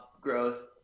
growth